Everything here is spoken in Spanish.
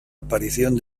aparición